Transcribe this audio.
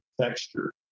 texture